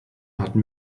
hatten